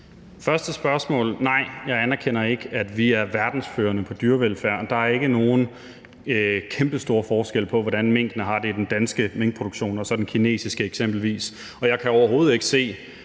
første spørgsmål: Nej, jeg anerkender ikke, at vi er verdens førende på dyrevelfærdsområdet. Der er ikke nogen kæmpestor forskel på, hvordan minkene har det i den danske minkproduktion og den kinesiske eksempelvis. Og jeg kan overhovedet ikke se